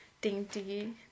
dainty